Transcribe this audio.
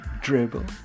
dribble